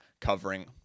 covering